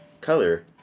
Color